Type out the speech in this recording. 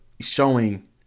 showing